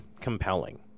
compelling